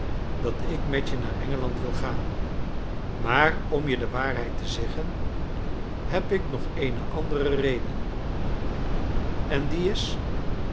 dat ik met je naar engeland wil gaan maar om je de waarheid te zeggen heb ik nog eene andere reden en die is